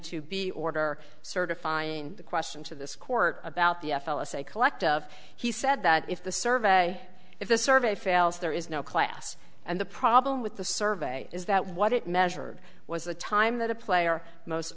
two b order certifying the question to this court about the f l s a collective of he said that if the survey if the survey fails there is no class and the problem with the survey is that what it measured was the time that a player most